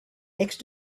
next